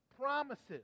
promises